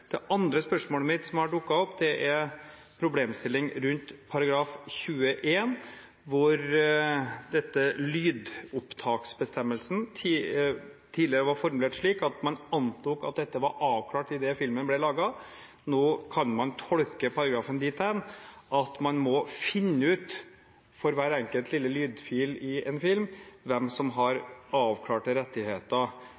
Det andre spørsmålet som har dukket opp, er knyttet til en problemstilling rundt § 21, hvor denne lydopptaksbestemmelsen tidligere var formulert slik at man antok at dette var avklart idet filmen ble laget. Nå kan man tolke paragrafen dit hen at man må finne ut, for hver enkelt lille lydfil i en film, hvem som har